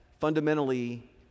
fundamentally